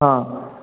অঁ